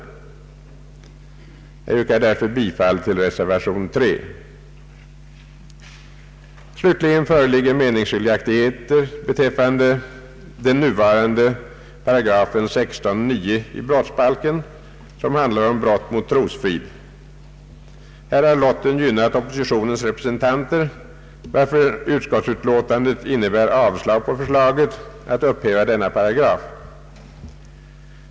Jag yrkar, herr talman, därför bifall till reservation 3. Slutligen föreligger meningsskiljaktigheter beträffande nuvarande 16 kap. 9 8 i brottsbalken som handlar om brott mot trosfrid. Här har lotten gynnat oppositionens representanter, varför utskottsutlåtandet innebär avslag på förslaget att upphäva denna paragraf.